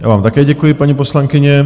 Já vám také děkuji, paní poslankyně.